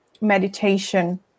meditation